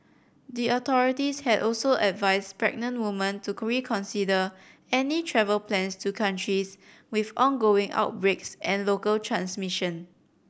the authorities had also advised pregnant women to reconsider any travel plans to countries with ongoing outbreaks and local transmission